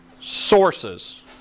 sources